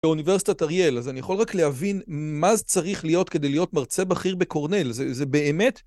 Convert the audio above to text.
באוניברסיטת אריאל, אז אני יכול רק להבין מה זה צריך להיות כדי להיות מרצה בכיר בקורנל, זה באמת?